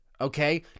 okay